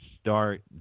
start